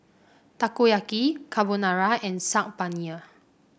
Takoyaki Carbonara and Saag Paneer